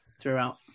throughout